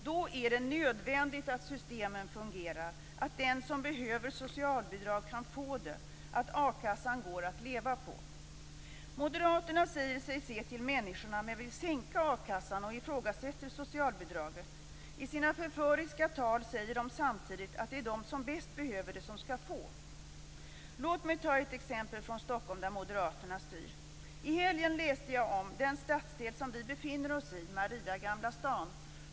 Då är det nödvändigt att systemen fungerar, dvs. att den som behöver socialbidrag kan få det, att a-kassan går att leva på. Moderaterna säger sig se till människorna, men vill sänka a-kassan och ifrågasätter socialbidragen. I sina förföriska tal säger de samtidigt att det är de som bäst behöver som skall få. Låt mig ta ett exempel från Stockholm där moderaterna styr. I helgen läste jag om den stadsdel vi befinner oss i, nämligen Maria-Gamla stan.